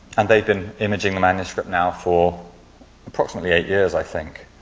and they've been imaging the manuscript now for approximately eight years i think.